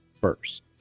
first